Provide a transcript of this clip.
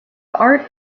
art